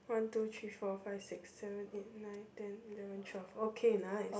one two three four five six seven eight nine ten eleven twelve okay nice